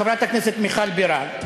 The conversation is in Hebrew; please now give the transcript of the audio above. חברת הכנסת מיכל בירן,